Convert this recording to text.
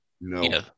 no